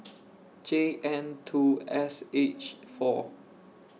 J N two S H four